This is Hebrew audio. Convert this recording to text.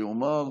רק שיאמר.